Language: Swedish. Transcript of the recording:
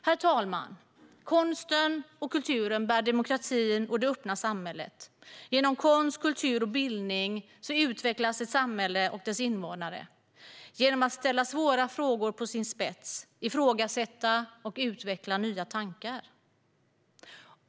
Herr talman! Konsten och kulturen bär demokratin och det öppna samhället. Genom konst, kultur och bildning utvecklas ett samhälle och dess invånare - genom att ställa svåra frågor på sin spets, ifrågasätta och utveckla nya tankar.